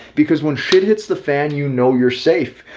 because when shit hits the fan, you know you're safe.